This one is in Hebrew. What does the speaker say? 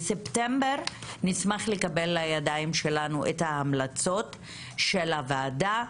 בספטמבר נשמח לקבל לידיים שלנו את ההמלצות של הוועדה,